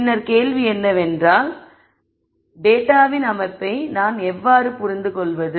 பின்னர் கேள்வி என்னவென்றால் டேட்டாவின் அமைப்பை நான் எவ்வாறு புரிந்துகொள்வது